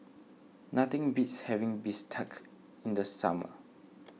nothing beats having Bistake in the summer